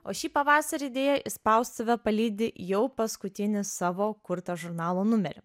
o šį pavasarį deja į spaustuvę palydi jau paskutinį savo kurto žurnalo numerį